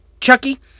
Chucky